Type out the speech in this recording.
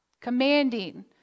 commanding